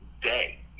day